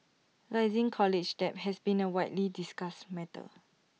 rising college debt has been A widely discussed matter